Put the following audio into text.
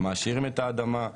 מעשירים את האדמה,